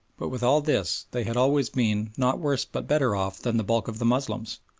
but with all this they had always been not worse but better off than the bulk of the moslems.